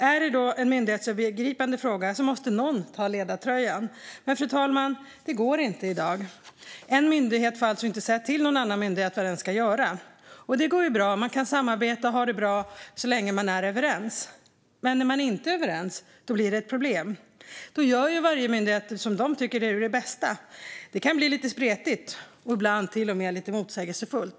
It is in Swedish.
Är det en myndighetsövergripande fråga måste någon ta ledartröjan, men, fru talman, det går inte i dag. En myndighet får alltså inte säga till någon annan myndighet vad den ska göra. Det går bra; man kan samarbeta och ha det bra så länge man är överens. Men är man inte överens blir det ett problem. Då gör varje myndighet vad den tycker är det bästa. Det kan bli lite spretigt och ibland till och med lite motsägelsefullt.